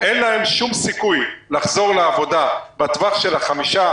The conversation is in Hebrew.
אין להם שום סיכוי לחזור לעבודה בטווח של חמישה,